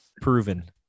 Proven